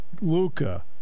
Luca